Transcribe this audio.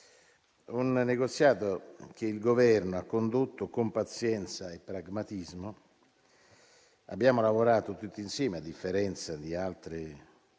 un negoziato che il Governo ha condotto con pazienza e pragmatismo. Abbiamo lavorato tutti insieme, a differenza di altre